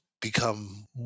become